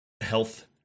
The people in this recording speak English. health